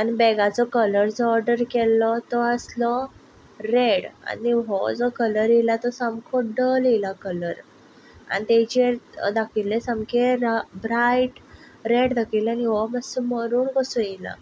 आनी बेगाचो जो कलर आसलो तो रेड आनी हो जो कलर जो येला तो सामको डल येला कलर आनी तेचेर धाकटिल्ली सामके ब्रायट रेड दाखयल्ले आनी हो मातसो मरून कसो येला